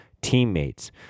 teammates